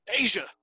Asia